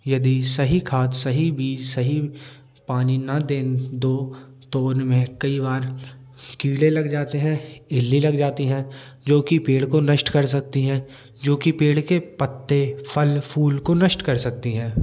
यदि सही खाद सही बीज सही पानी ना दें तो तो उनमें कई बार कीड़े लग जाते हैं इल्ली लग जाती हैं जो कि पेड़ को नष्ट कर सकती हैं जो कि पेड़ के पत्ते फल फूल को नष्ट कर सकती हैं